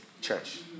church